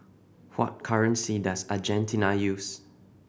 what currency does Argentina use